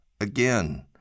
again